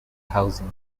housing